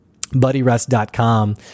BuddyRest.com